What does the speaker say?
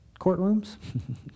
courtrooms